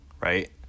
Right